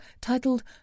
titled